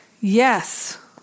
Yes